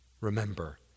Remember